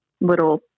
little